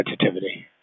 sensitivity